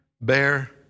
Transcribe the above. bear